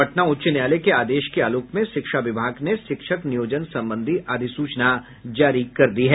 पटना उच्च न्यायालय के आदेश के आलोक में शिक्षा विभाग ने शिक्षक नियोजन संबंधी अधिसूचना जारी कर दी है